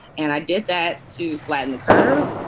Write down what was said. and i did that to flatten the curve.